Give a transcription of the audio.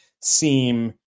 seem